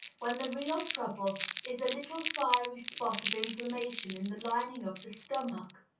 when the real trouble is a little fiery spot of inflammation in the lining of the stomach!